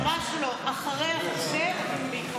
טור פז, זה לא שהחוק היה מתקבל.